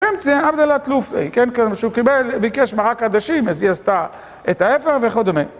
(לא ברור), כן כן, שהוא קיבל, ביקש מרק עדשים, אז היא עשתה את ההיפך וכדומה